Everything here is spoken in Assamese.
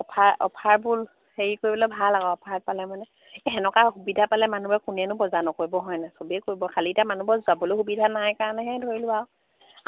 অফাৰ অফাৰবোৰ হেৰি কৰিবলে ভাল আকৌ অফাৰ পালে মানে এই সেনেকুৱা অ সুবিধা পালে মানুহবোৰ কোনেনো বজাৰ নকৰিব হয়নে চবেই কৰিব খালি এতিটা মানুহৰ যাবলৈ সুবিধা নাই কাৰণেহে ধৰিলোঁ আৰু